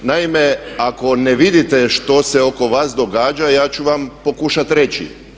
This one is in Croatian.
Naime, ako ne vidite što se oko vas događa ja ću vam pokušat reći.